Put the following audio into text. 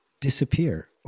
disappear